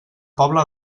pobla